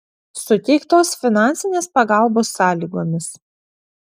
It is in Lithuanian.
suteiktos finansinės pagalbos sąlygomis